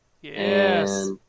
Yes